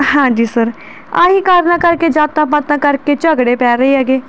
ਹਾਂਜੀ ਸਰ ਆਹੀ ਕਾਰਨਾ ਕਰਕੇ ਜਾਤਾਂ ਪਾਤਾਂ ਕਰਕੇ ਝਗੜੇ ਪੈ ਰਹੇ ਹੈਗੇ